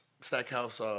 Stackhouse